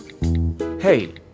Hey